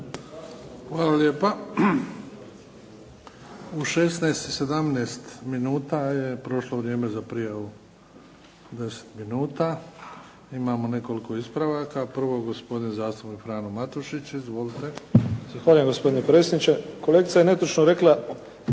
Hvala lijepa. U 16 i 17 minuta je prošlo vrijeme za prijavu, 10 minuta. Imamo nekoliko ispravaka. Prvo gospodin zastupnik Frano Matušić. Izvolite. **Matušić, Frano (HDZ)** Zahvaljujem gospodine predsjedniče. Kolegica je netočno rekla